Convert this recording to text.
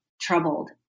troubled